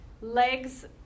Legs